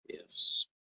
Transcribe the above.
Yes